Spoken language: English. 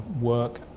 work